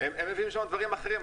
הם מביאים שם דברים אחרים.